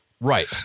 Right